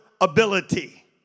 ability